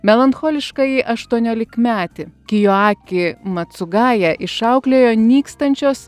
melancholiškąjį aštuoniolikmetį kijoaki matsugaja išauklėjo nykstančios